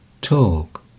talk